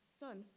son